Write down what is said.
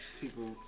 people